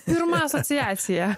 pirma asociacija